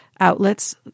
Outlets